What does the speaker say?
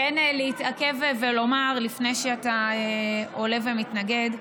להתעכב ולומר, לפני שאתה עולה ומתנגד,